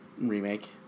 remake